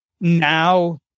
now